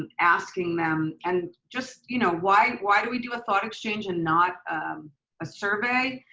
um asking them and just, you know why why do we do a thought exchange and not a survey?